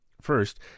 First